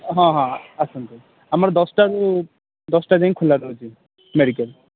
ହଁ ହଁ ଆସନ୍ତୁ ଆମର ଦଶଟାରୁ ଦଶଟା ଯାଏଁ ଖୋଲା ରହୁଛି ମେଡ଼ିକାଲ୍